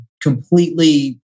completely